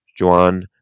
Juan